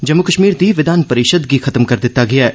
जम्मू कश्मीर दी विधान परिषद गी खत्म करी दित्ता गेआ ऐ